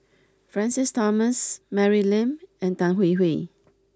Francis Thomas Mary Lim and Tan Hwee Hwee